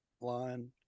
line